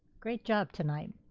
great job tonight,